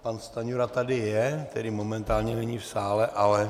Pan Stanjura tady je, tedy momentálně není v sále, ale...